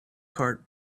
cart